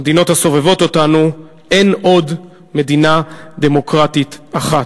בקרב המדינות הסובבות אותנו אין עוד מדינה דמוקרטית אחת.